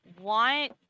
want